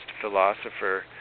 philosopher